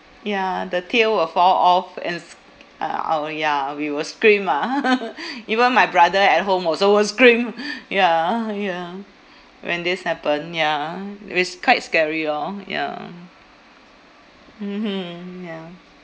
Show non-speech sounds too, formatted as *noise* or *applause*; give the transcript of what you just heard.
ya the tail will fall off and sc~ uh I will ya we will scream ah *laughs* even my brother at home also will scream *laughs* ya *laughs* ya when this happen ya which is quite scary lor ya mmhmm ya